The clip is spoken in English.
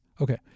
Okay